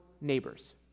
neighbors